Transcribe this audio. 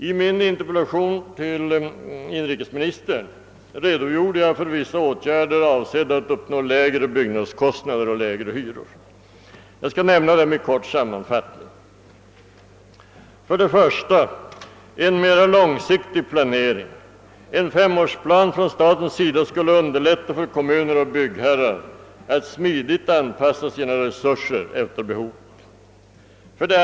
I min interpellation till inrikesministern redogjorde jag för vissa åtgärder avsedda att uppnå lägre byggnadskostnader och lägre hyror. Jag skall nämna dem i kort sammanfattning: 1) En mera långsiktig planering. En femårsplan från statens sida skulle underlätta för kommuner och byggherrar att smidigt anpassa sina resurser efter behoven.